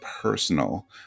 personal